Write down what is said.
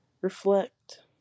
Reflect